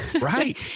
Right